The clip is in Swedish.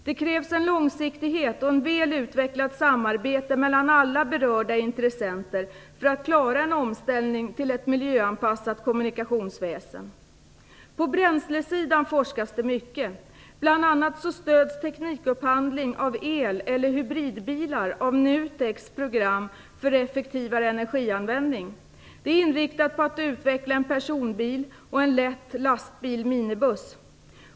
Det krävs en långsiktighet och ett väl utvecklat samarbete mellan alla berörda intressenter för att klara en omställning till ett miljöanpassat kommunikationsväsen. På bränslesidan forskas det mycket. Bl.a. stöds teknikupphandlingen av el eller hybridbilar av Det är inriktat på att utveckla en personbil och en lätt lastbil/minibuss.